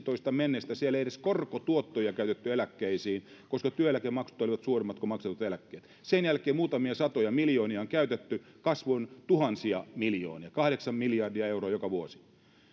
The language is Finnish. kaksituhattaviisitoista asti siellä ei edes korkotuottoja käytetty eläkkeisiin koska työeläkemaksut olivat suuremmat kuin maksetut eläkkeet sen jälkeen muutamia satoja miljoonia on käytetty kasvu on tuhansia miljoonia kahdeksan miljardia euroa joka vuosi